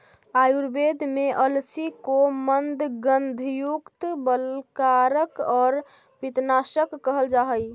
आयुर्वेद में अलसी को मन्दगंधयुक्त, बलकारक और पित्तनाशक कहल जा हई